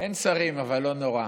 אין שרים, אבל לא נורא.